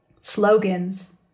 slogans